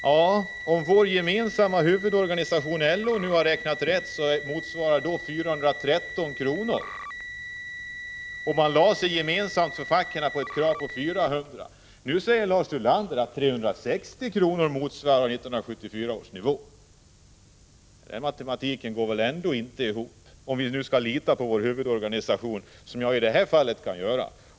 Ja, om vår gemensamma huvudorganisation LO har räknat rätt rör det sig om 413 kr., och facken lade sig gemensamt på ett krav om 400 kr. Nu säger Lars Ulander att 360 kr. motsvarar 1974 års nivå. Den matematiken går väl ändå inte ihop, om vi nu skall lita på vår huvudorganisation, vilket jag i detta fall gör.